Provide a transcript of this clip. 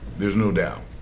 there's no doubt.